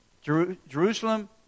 Jerusalem